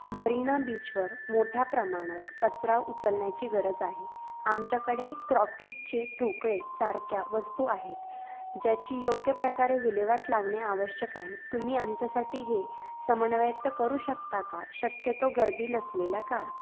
marina बीचवर मोठ्या प्रमाणात कचरा उचलण्याची गरज आहे आमच्याकडे क्रॉकेटचे ठोकळे सारख्या वस्तू आहेत ज्याची योग्य प्रकारे विल्हेवाट लावणे आवश्यक आहे तुम्ही आमच्यासाठी हे समन्वयित करू शकता का शक्यतो गर्दी नसलेल्या काळात